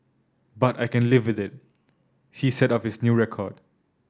but I can live with it she said of his new record